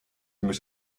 mich